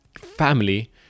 family